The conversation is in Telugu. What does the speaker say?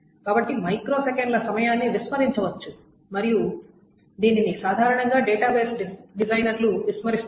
కాబట్టి మైక్రోసెకన్ల సమయాన్ని విస్మరించవచ్చు మరియు దీనిని సాధారణంగా డేటాబేస్ డిజైనర్లు విస్మరిస్తారు